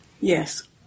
Yes